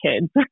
kids